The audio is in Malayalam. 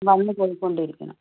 വന്ന് പോയി കൊണ്ട് ഇരിക്കണം